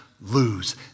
lose